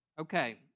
Okay